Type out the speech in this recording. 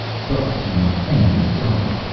thus do my enemies die.